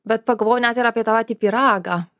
bet pagalvojau net ir apie tą patį pyragą